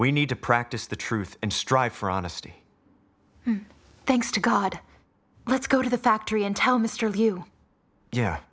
we need to practice the truth and strive for honesty thanks to god let's go to the factory and tell mr liu yeah